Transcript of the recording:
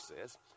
says